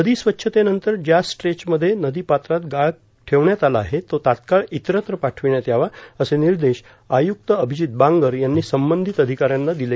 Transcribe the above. नदी स्वच्छतेनंतर ज्या स्ट्रेच मध्ये नदी पात्रात गाळ ठेवण्यात आला आहे तो तात्काळ इतरत्र पाठविण्यात यावाए असे निर्देश आयुक्त अभिजीत बांगर यांनी संबंधित अधिकाऱ्याना दिले